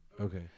okay